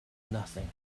nothing